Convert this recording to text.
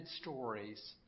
stories